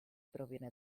proviene